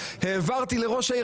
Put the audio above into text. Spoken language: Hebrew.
העברתי לראש העיר.